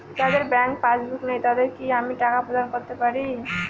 যাদের bank passbook নেই তাদের কি আমি টাকা প্রদান করতে পারি?